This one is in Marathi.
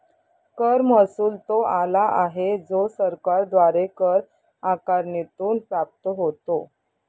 कर महसुल तो आला आहे जो सरकारद्वारे कर आकारणीतून प्राप्त होतो